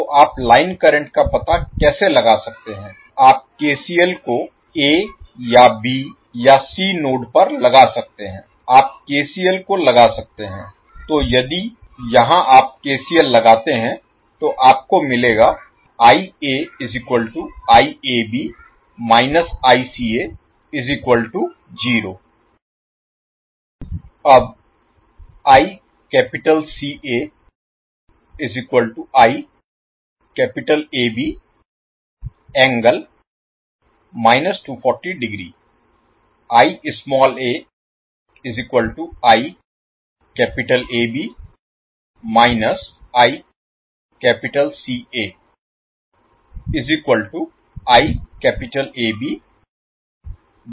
तो आप line current का पता कैसे लगा सकते हैं आप केसीएल को A या B या C नोड पर लगा सकते हैं आप केसीएल को लगा सकते हैं